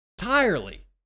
entirely